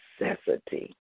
necessity